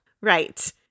right